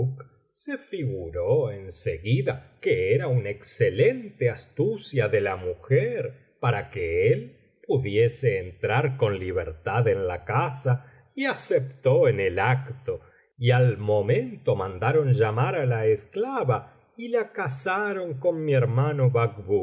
se figuró en seguida que era una excelente astjicia de la mujer para que él pudiese entrar con libertad en la casa y aceptó en el acto y al momento mandaron llamar á la esclava y la casaron con mi hermano